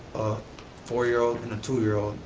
a four year old, and a two year old.